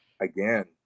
again